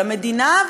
למדינה,